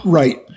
right